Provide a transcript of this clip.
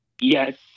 Yes